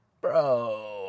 bro